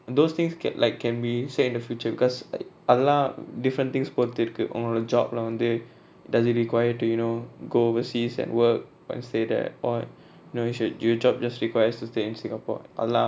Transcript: those things ka~ like can be said in the future because அதுலா:athula different things பொருத்து இருக்கு ஒங்களோட:poruthu iruku ongaloda job lah வந்து:vanthu doesn't require you to you know go overseas and work and stay there or your job just requires you to stay in singapore அதுலா:athula